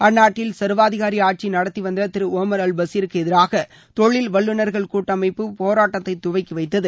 அந்நாட்டில் சர்வாதிகாரி ஆட்சி நடத்திவந்த திரு ஓமர் அல் பசீருக்கு எதிராக தொழில் வல்லுநர்கள் கூட்டமைப்பு போராட்டத்தை துவக்கி வைத்தது